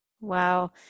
wow